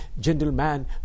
gentleman